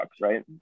right